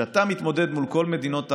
כשאתה מתמודד מול כל מדינות ערב,